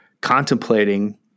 contemplating